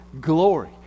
glory